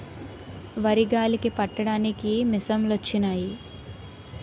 వరి గాలికి పట్టడానికి మిసంలొచ్చినయి